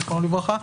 זכרו לברכה.